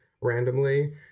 randomly